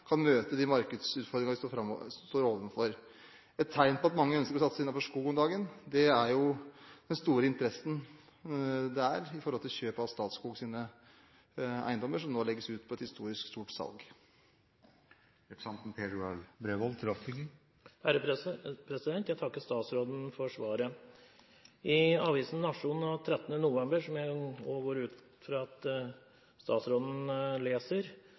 kan møte de markedsutfordringene vi står overfor. Et tegn på at mange ønsker å satse innenfor skog om dagen, er den store interessen for kjøp av Statskogs eiendommer, som nå legges ut for et historisk stort salg. Jeg takker statsråden for svaret. I avisen Nationen, som jeg går ut fra at statsråden leser,